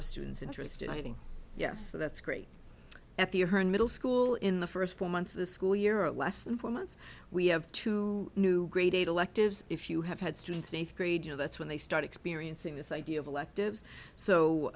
of students interested in having yes so that's great at the earn middle school in the first four months of the school year at less than four months we have two new grade eight electives if you have had students in a fraid you know that's when they start experiencing this idea of electives so